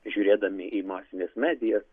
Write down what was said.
žiūrėdami į masines medijas